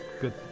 good